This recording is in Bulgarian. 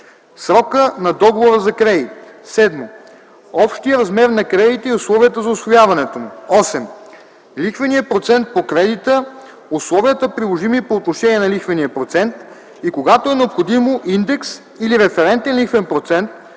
срока на договора за кредит; 7. общия размер на кредита и условията за усвояването му; 8. лихвения процент по кредита, условията, приложими по отношение на лихвения процент, и когато е необходимо, индекс или референтен лихвен процент,